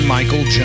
Michael